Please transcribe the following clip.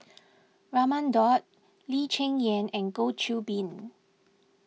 Raman Daud Lee Cheng Yan and Goh Qiu Bin